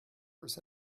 was